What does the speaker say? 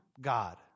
God